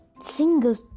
single